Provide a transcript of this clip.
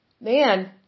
man